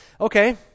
Okay